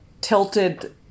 tilted